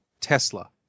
Tesla